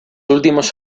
últimos